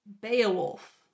Beowulf